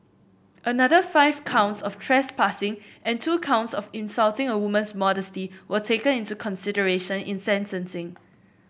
another five counts of trespassing and two counts of insulting a woman's modesty were taken into consideration in sentencing